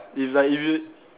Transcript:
it's like if you